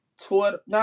Twitter